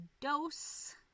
Dose